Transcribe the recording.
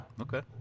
okay